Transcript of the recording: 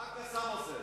מה ה"קסאם" עושה?